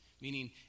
Meaning